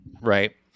right